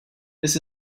this